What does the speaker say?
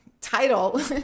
title